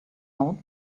out